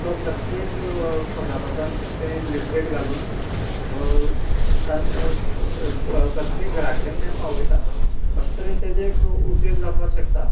तो प्रत्येक खबरांपत्रांत तें लिफलेट घालून प्रत्येक घरा कडेन तें पावयता अशें तरेन तेजे एक उपेग जावपाक शकता